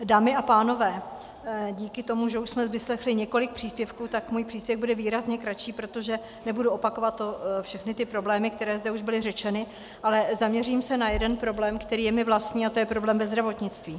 Dámy a pánové, díky tomu, že už jsme vyslechli několik příspěvků, bude můj příspěvek výrazně kratší, protože nebudu opakovat všechny ty problémy, které zde už byly řečeny, ale zaměřím se na jeden problém, který je mi vlastní, a to je problém ve zdravotnictví.